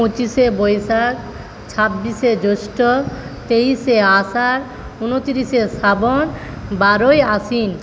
পঁচিশে বৈশাখ ছাব্বিশে জ্যৈষ্ঠ তেইশে আষাঢ় ঊনত্রিশে শ্রাবণ বারোই আশ্বিন